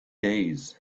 days